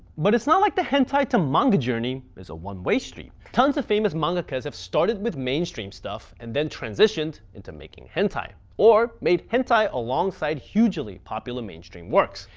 but it's not like the hentai to manga journey is a one-way street. tons of famous mangakas have started with mainstream stuff and then transitioned into making hentai or made hentai alongside hugely popular mainstream works.